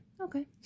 okay